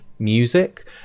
music